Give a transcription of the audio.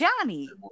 Johnny